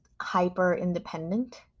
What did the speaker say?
hyper-independent